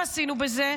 מה עשינו בזה?